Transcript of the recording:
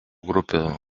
grupė